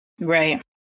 Right